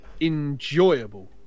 enjoyable